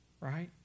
right